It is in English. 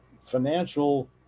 financial